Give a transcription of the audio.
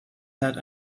that